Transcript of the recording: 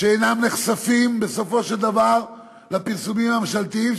אינם נחשפים בסופו של דבר לפרסומים הממשלתיים,